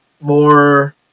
more